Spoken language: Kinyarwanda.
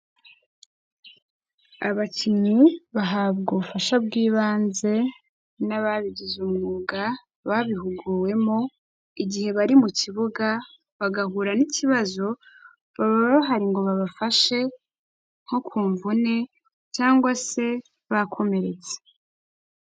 Abakinnyi bahabwa ubufasha bw'ibanze n'ababigize umwuga, babihuguwemo igihe bari mu kibuga bagahura n'ikibazo baba bahari ngo babafashe nko ku mvune cyangwa se bakomeretse.